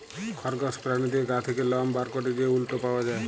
খরগস পেরানীর গা থ্যাকে লম বার ক্যরে যে উলট পাওয়া যায়